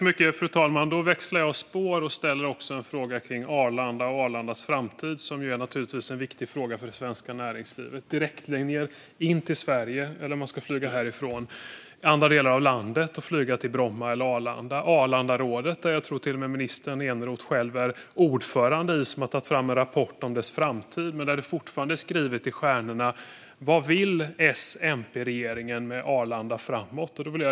Fru talman! Jag växlar spår och ställer en fråga om Arlanda och Arlandas framtid, som naturligtvis är en viktig fråga för det svenska näringslivet. Det handlar om direktlinjer in till Sverige, eller kanske ska man flyga från andra delar av landet till Bromma eller Arlanda. Arlandarådet, som jag tror att minister Eneroth själv är ordförande i, har tagit fram en rapport om Arlandas framtid. Det är dock fortfarande skrivet i stjärnorna vad S-MP-regeringen vill med Arlanda framåt.